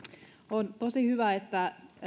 on tosi hyvä että